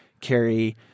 carry